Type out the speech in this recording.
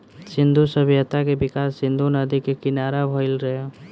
सिंधु सभ्यता के विकास सिंधु नदी के किनारा भईल रहे